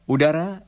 Udara